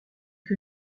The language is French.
que